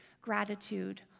Gratitude